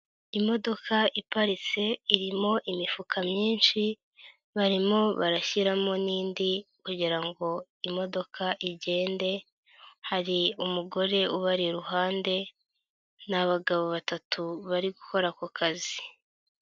Imodoka iparitse irimo imifuka myinshi barimo barashyiramo n'indi kugira ngo imodoka igende, hari umugore ubara iruhande, ni abagabo batatu bari gukora ako kazi.